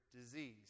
disease